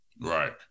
Right